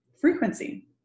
frequency